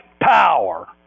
power